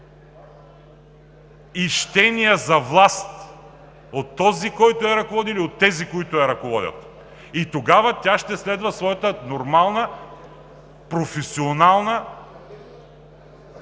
щения за власт от този, който я ръководи или от тези, които я ръководят – тогава тя ще следва своята нормална, професионална